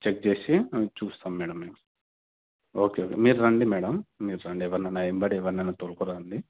check చేసి చూస్తాం madam మేము ఓకే ఓకే మీరు రండి మ్యాడమ్ మీరు రండి ఎవరినన్నా వెంబడి ఎవరినన్నా తోడుకురండి